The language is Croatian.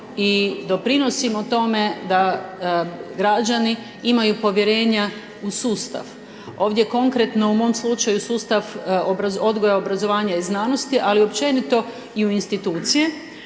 i doprinosimo tome da građani imaju povjerenja u sustav, ovdje konkretno u mom slučaju sustav odgoja, obrazovanja i znanosti ali općenito i u institucije.